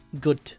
good